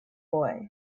boy